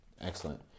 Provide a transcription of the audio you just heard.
Excellent